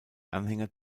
anhänger